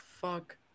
fuck